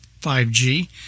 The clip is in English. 5G